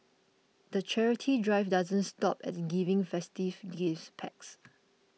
the charity drive doesn't stop at giving festive gift packs